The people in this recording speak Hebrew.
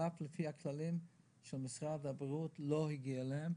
על אף שלפי הכללים של משרד הבריאות לא הגיע להם,